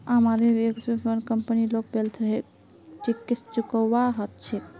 आम आदमी एचयूएफ आर कंपनी लाक वैल्थ टैक्स चुकौव्वा हछेक